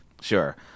Sure